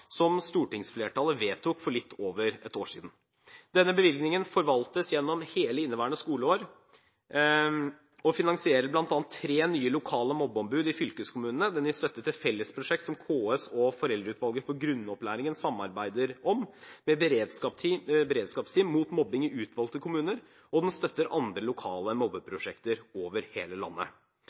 som stortingsflertallet vedtok for litt over et år siden. Denne bevilgningen forvaltes gjennom hele inneværende skoleår, og finansierer bl.a. tre nye lokale mobbeombud i fylkeskommunene, den gir støtte til fellesprosjekt som KS og Foreldreutvalget for grunnopplæringen samarbeider om, med beredskapsteam mot mobbing i utvalgte kommuner, og den støtter andre lokale mobbeprosjekter over hele landet.